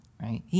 right